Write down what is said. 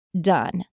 done